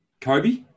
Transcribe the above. Kobe